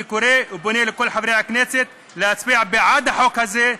אני קורא ופונה לכל חברי הכנסת להצביע בעד החוק הזה,